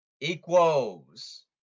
equals